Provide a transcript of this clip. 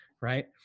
right